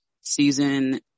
season